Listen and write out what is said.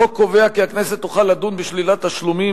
החוק קובע כי הכנסת תוכל לדון בשלילת תשלומים